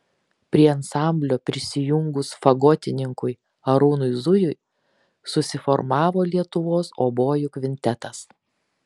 prie ansamblio prisijungus fagotininkui arūnui zujui susiformavo lietuvos obojų kvintetas